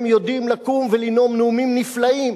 הם יודעים לקום ולנאום נאומים נפלאים